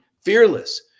Fearless